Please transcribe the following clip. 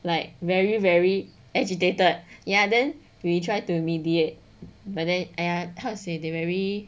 like very very agitated ya then we tried to mediate but then !aiya! how to say they very